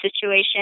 situation